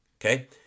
okay